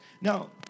Now